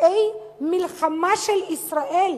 פשעי מלחמה של ישראל,